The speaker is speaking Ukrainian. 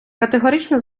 категорично